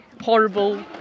horrible